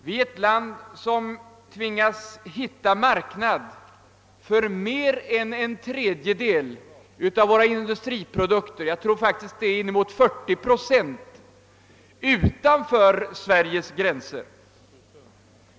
Vi är ett land som tvingats att hitta marknad för mer än en tredjedel av våra industriprodukter — jag tror faktiskt att det är inemot 40 procent — utanför Sveriges gränser.